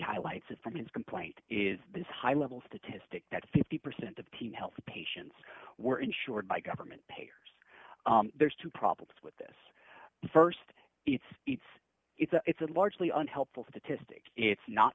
highlights of from his complaint is this high level statistic that fifty percent of team health patients were insured by government payers there's two problems with the st it's it's it's a it's a largely unhelpful statistic it's not